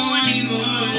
anymore